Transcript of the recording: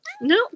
no